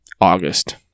August